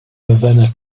ravenna